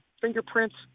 fingerprints